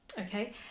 okay